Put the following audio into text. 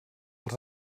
els